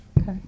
Okay